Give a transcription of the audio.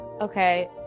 Okay